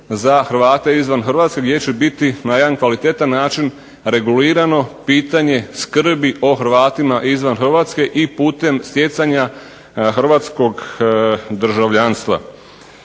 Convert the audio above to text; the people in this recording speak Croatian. za Hrvate izvan Hrvatske gdje će biti na jedan kvalitetan način regulirano pitanje skrbi o Hrvatima izvan Hrvatske i putem stjecanja hrvatskog državljanstva.